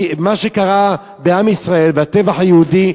את מה שקרה בעם ישראל והטבח היהודי,